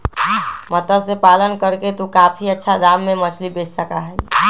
मत्स्य पालन करके तू काफी अच्छा दाम में मछली बेच सका ही